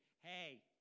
hey